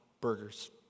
burgers